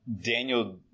daniel